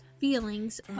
feelings